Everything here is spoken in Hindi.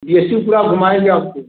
जैसी पूरा घुमायेंगे आपको